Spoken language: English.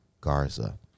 Garza